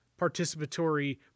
participatory